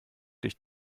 dich